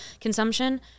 consumption